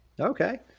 Okay